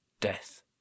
Death